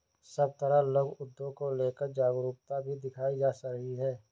सब तरफ लघु उद्योग को लेकर जागरूकता भी दिखाई जा रही है